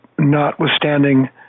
notwithstanding